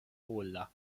pola